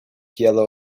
yellow